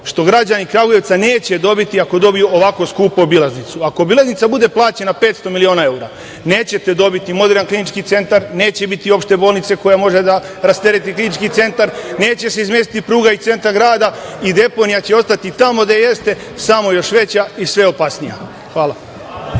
što građani Kragujevca neće dobiti, ako dobiju ovako skupu obilaznicu. Ako obilaznica bude plaćena 500 miliona evra, neće dobiti moderan klinički centar, neće biti opšte bolnice koja može da rastereti klinički centar, neće se izmestiti pruga iz centra grada i deponija će ostati tamo gde jeste, samo još veća i sve opasnija. Hvala.